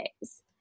days